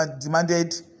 demanded